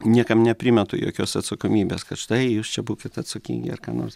niekam neprimetu jokios atsakomybės kad štai jūs čia būkit atsakingi ar ką nors